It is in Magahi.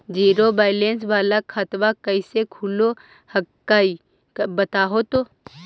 जीरो बैलेंस वाला खतवा कैसे खुलो हकाई बताहो तो?